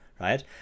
right